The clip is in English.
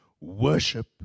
worship